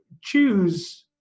choose